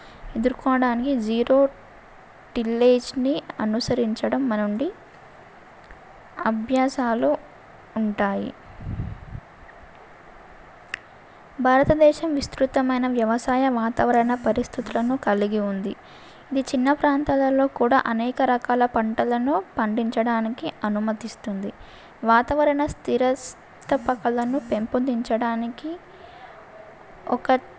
ఎదురుకోవడానికి zero టీలేజ్ని అనుసరించడం నుండి అభ్యాసాలు ఉంటాయి భారతదేశం విస్తృతమైన వ్యవసాయ వాతావరణ పరిస్థితులను కలిగి ఉంది ఇది చిన్న ప్రాంతాలలో కూడా అనేక రకాల పంటలను పండించడానికి అనుమతిస్తుంది వాతావరణ స్థిరస్థాపకలను పెంపొందించడానికి ఒక